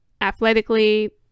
athletically